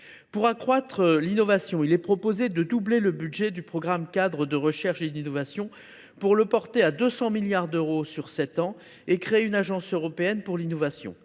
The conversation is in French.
Pour accroître l’innovation, il est proposé de doubler le budget du programme cadre de recherche et d’innovation en le portant à 200 milliards d’euros sur sept ans et de créer une agence européenne pour l’innovation.